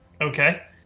Okay